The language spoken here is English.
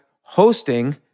hosting